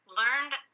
learned